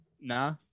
Nah